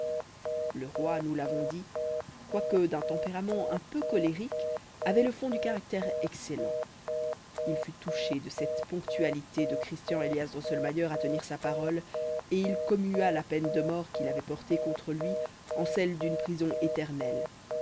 le roi nous l'avons dit quoique d'un tempérament un peu colérique avait le fond du caractère excellent il fut touché de cette ponctualité de christian élias drosselmayer à tenir sa parole et il commua la peine de mort qu'il avait portée contre lui en celle d'une prison éternelle